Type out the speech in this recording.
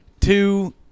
two